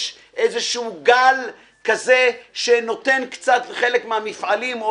יש איזשהו גל כזה שנותן לחלק מהמפעלים או